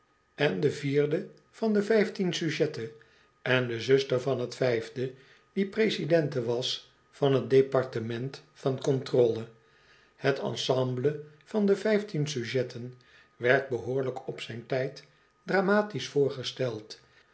gelijk de vierde van de vijftien sujetten en de zuster van t vijfde die presidente was van t derpartement van controle het ensemble van de vijftien sujetten werd behoorlijk op zijn tijd dramatisch voorgesteld